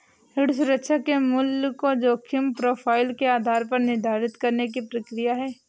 ऋण सुरक्षा के मूल्य को जोखिम प्रोफ़ाइल के आधार पर निर्धारित करने की प्रक्रिया है